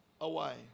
away